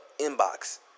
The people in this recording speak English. inbox